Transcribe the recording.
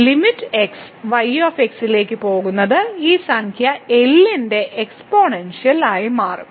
limit x y ലേക്ക് പോകുന്നത് ഈ സംഖ്യ L ന്റെ എക്സ്പോണൻഷ്യൽ ആയി മാറും